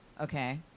okay